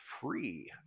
free